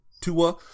Tua